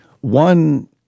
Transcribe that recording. one